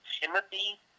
Timothy